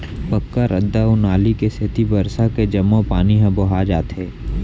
पक्का रद्दा अउ नाली के सेती बरसा के जम्मो पानी ह बोहा जाथे